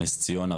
נס ציונה,